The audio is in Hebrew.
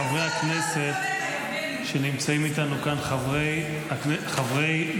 חברי הכנסת שנמצאים איתנו כאן חברי משפחת